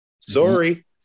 Sorry